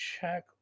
check